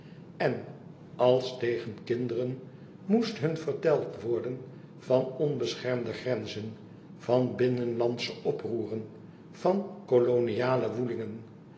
en als tegen kinderen moest hun verteld worden van onbeschermde grenzen van binnenlandsche oproeren van koloniale woelingen